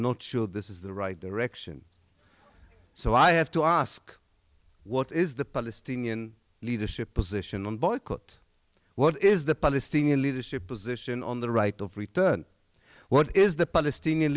not sure this is the right direction so i have to ask what is the palestinian leadership position on balakot what is the palestinian leadership position on the right of return what is the palestinian